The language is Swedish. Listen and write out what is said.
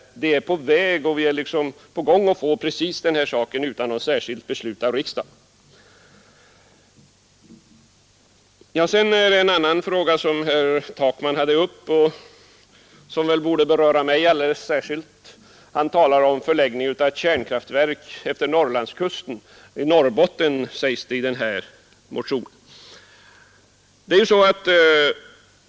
Vi är på väg att få precis vad motionärerna talar om utan något särskilt beslut av riksdagen. Herr Takman tar också upp en fråga som väl borde beröra mig alldeles särskilt; han talar nämligen om förläggning av ett kärnkraftverk till Norrbottenskusten.